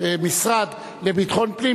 למשרד לביטחון הפנים,